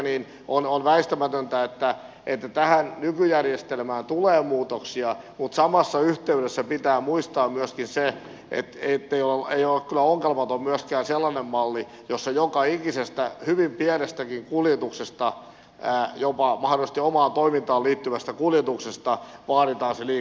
sen takia on väistämätöntä että tähän nykyjärjestelmään tulee muutoksia mutta samassa yhteydessä pitää muistaa myöskin se ettei ole kyllä ongelmaton myöskään sellainen malli jossa joka ikisestä hyvin pienestäkin kuljetuksesta jopa mahdollisesti omaan toimintaan liittyvästä kuljetuksesta vaaditaan se liikennelupa